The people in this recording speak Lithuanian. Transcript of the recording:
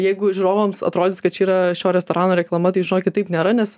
jeigu žiūrovams atrodys kad čia yra šio restorano reklama tai žinokit taip nėra nes